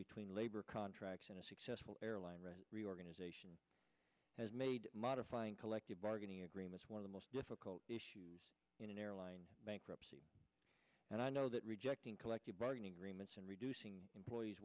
between labor contract airline rest reorganization has made modifying collective bargaining agreements one of the most difficult issues in an airline bankruptcy and i know that rejecting collective bargaining agreements and reducing employees